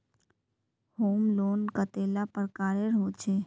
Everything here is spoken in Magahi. होम लोन कतेला प्रकारेर होचे?